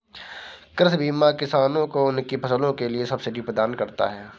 कृषि बीमा किसानों को उनकी फसलों के लिए सब्सिडी प्रदान करता है